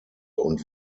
und